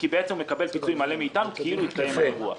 כי הוא יקבל פיצוי מלא מאתנו כאילו התקיים האירוע.